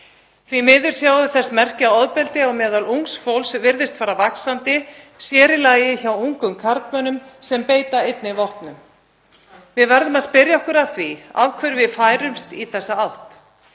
Því miður sjáum við þess merki að ofbeldi á meðal ungs fólks virðist fara vaxandi, sér í lagi hjá ungum karlmönnum sem beita einnig vopnum. Við verðum að spyrja okkur af hverju við færumst í þessa átt.